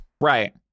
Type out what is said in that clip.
right